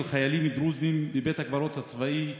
חיילים דרוזים בבית הקברות הצבאי בשפרעם.